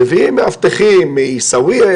מביאים מאבטחים מעיסאוויה,